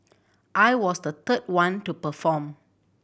I was the third one to perform